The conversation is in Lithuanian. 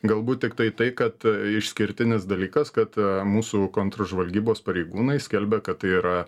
galbūt tiktai tai kad išskirtinis dalykas kad mūsų kontržvalgybos pareigūnai skelbia kad tai yra